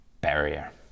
barrier